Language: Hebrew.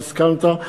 שהסכמת.